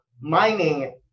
mining